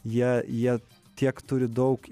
jie jie tiek turi daug